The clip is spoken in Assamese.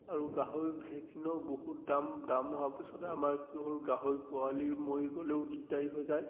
আৰু গাহৰি ভেকচিনৰ বহুত দাম দাম হোৱাৰ পিছতে আমাৰ কি হ'ল গাহৰি পোৱালি মৰি গ'লেও দিগদাৰী হৈ যায়